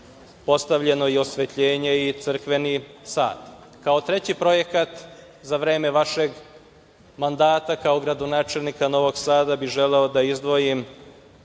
Postavljeno je i osvetljenje i crkveni sat. Kao treći projekat za vreme vašeg mandata kao gradonačelnika Novog Sada bih želeo da izdvojim